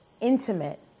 intimate